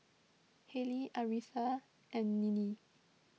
Haley Aretha and Ninnie